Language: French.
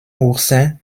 oursin